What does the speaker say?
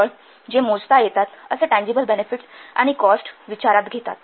केवळ जे मोजता येतात असे टँजिबल बेनेफिट्स आणि कॉस्टस विचारात घेते